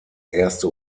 erste